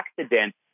accident